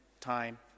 time